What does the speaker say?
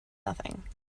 nothing